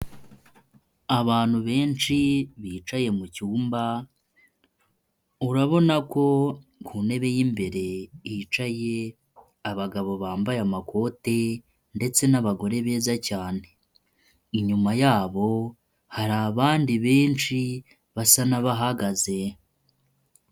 Abantu benshi bicaye mucyumba urabona ko ku ntebe yimbere yicaye abagabo bambaye amakoti ndetse n'abagore beza cyane inyuma yabo hari abandi benshi basa nabahagaze.